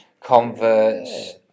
Converts